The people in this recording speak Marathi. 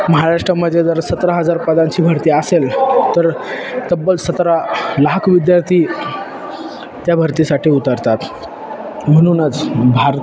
महाराष्ट्रामध्ये जर सतरा हजार पदांची भर्ती असेल तर तब्बल सतरा लाख विद्यार्थी त्या भरतीसाठी उतरतात म्हणूनच भारत